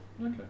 okay